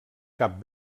cap